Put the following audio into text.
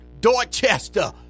Dorchester